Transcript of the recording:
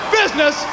business